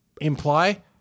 Imply